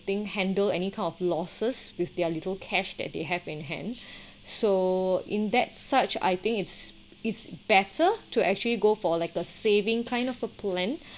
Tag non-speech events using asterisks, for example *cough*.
think handle any kind of losses with their little cash that they have in hand *breath* so in that such I think it's it's better to actually go for like a saving kind of a plan *breath*